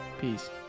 Peace